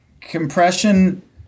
Compression